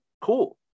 Cool